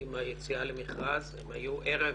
עם היציאה למכרז, הם היו ערב